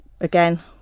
again